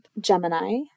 Gemini